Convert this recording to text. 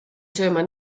sööma